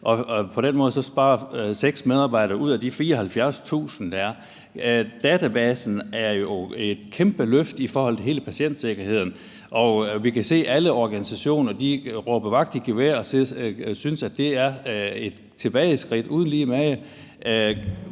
på den måde så sparer 6 medarbejdere ud af de 74.000, der er. Databasen er jo et kæmpe løft i forhold til hele patientsikkerheden, og vi kan se, at alle organisationer råber vagt i gevær og synes, at det er et tilbageskridt uden mage.